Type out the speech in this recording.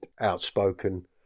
outspoken